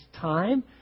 time